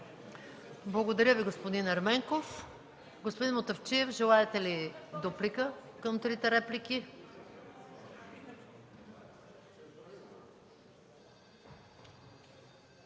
Благодаря Ви, господин Ерменков. Господин Мутафчиев, желаете ли дуплика към трите реплики?